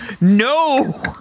no